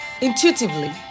intuitively